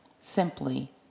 simply